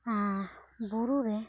ᱵᱩᱨᱩ ᱨᱮ